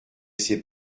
ses